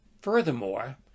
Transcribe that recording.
Furthermore